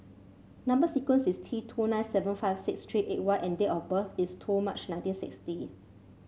number sequence is T two nine seven five six three eight Y and date of birth is two March nineteen sixty